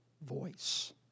voice